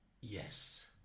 Yes